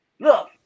Look